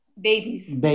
Babies